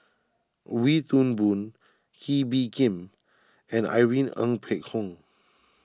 Wee Toon Boon Kee Bee Khim and Irene Ng Phek Hoong